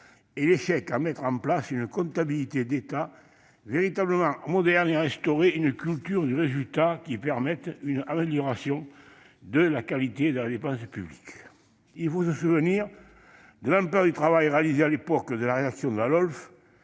la mise en place d'une comptabilité d'État véritablement moderne et l'instauration d'une culture du résultat qui permette une amélioration de la qualité de la dépense publique. Il faut se souvenir de l'ampleur du travail réalisé à l'époque de la rédaction de la LOLF.